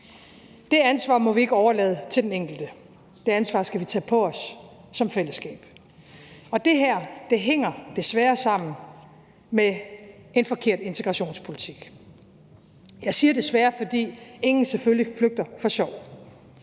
Det ansvar må vi ikke overlade til den enkelte, det ansvar skal vi tage på os som fællesskab. Og det her hænger desværre sammen med en forkert integrationspolitik. Jeg siger »desværre«, fordi ingen selvfølgelig flygter for sjov.